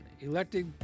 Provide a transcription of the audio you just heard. elected